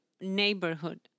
neighborhood